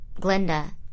Glenda